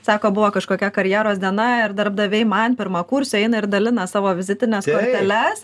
sako buvo kažkokia karjeros diena ir darbdaviai man pirmakursiui eina ir dalina savo vizitines korteles